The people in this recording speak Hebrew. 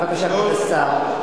בבקשה, כבוד השר.